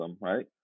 right